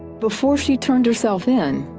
before she turned herself in,